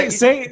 say